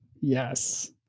Yes